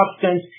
substance